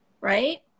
right